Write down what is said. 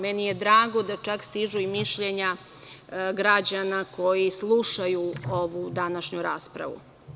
Meni je da drago da čak stižu i mišljenja građana koji slušaju ovu današnju raspravu.